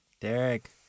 Derek